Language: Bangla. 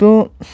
তো